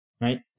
right